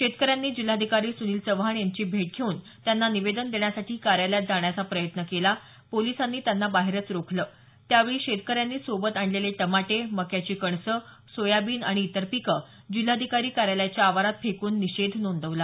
शेतकऱ्यांनी जिल्हाधिकारी सुनील चव्हाण यांची भेट घेऊन त्यांना निवेदन देण्यासाठी कार्यालयात जाण्याचा प्रयत्न केला असता पोलिसांनी त्यांना बाहेरच रोखलं त्यावेळी शेतकऱ्यांनी सोबत आणलेले टमाटे मक्याची कणसं सोयाबीन आणि इतर पिकं जिल्हाधिकारी कार्यालयाच्या आवारात फेकून निषेध नोदवला